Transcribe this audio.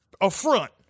affront